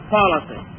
policy